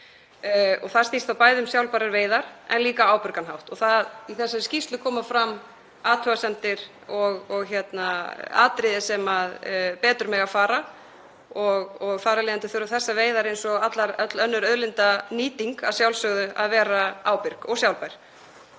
Það snýst bæði um sjálfbærar veiðar en líka ábyrgan hátt. Í þessari skýrslu koma fram athugasemdir um atriði sem betur mega fara og þar af leiðandi þurfa þessar veiðar, eins og öll önnur auðlindanýting, að sjálfsögðu að vera ábyrgar og sjálfbærar.